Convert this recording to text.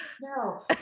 no